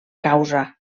causa